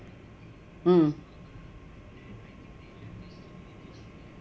mm